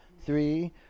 three